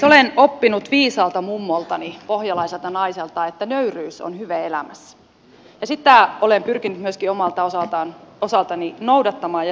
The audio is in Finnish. olen oppinut viisaalta mummoltani pohjalaiselta naiselta että nöyryys on hyve elämässä ja sitä olen pyrkinyt myöskin omalta osaltani noudattamaan ja seuraamaan